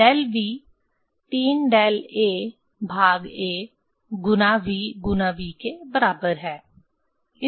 del v 3 del a भाग a गुना v गुना v के बराबर है